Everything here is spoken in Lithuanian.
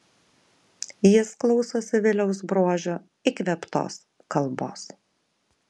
jis klausosi viliaus bruožio įkvėptos kalbos